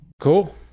Cool